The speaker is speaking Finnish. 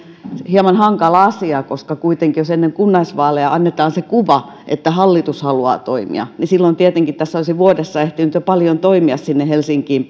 hieman hankala asia koska kuitenkin jos ennen kunnallisvaaleja annetaan se kuva että hallitus haluaa toimia silloin tietenkin tässä olisi vuodessa ehtinyt jo paljon toimia sinne helsinkiin